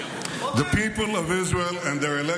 The people of Israel and their elected